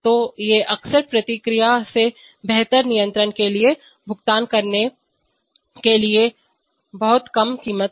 तो ये अक्सर प्रक्रिया के बेहतर नियंत्रण के लिए भुगतान करने के लिए बहुत कम कीमत हैं